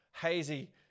hazy